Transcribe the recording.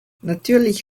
natürlich